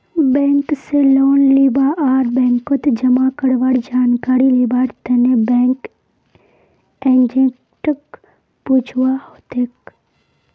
bank स loan लीबा आर बैंकत जमा करवार जानकारी लिबार तने बैंक एजेंटक पूछुवा हतोक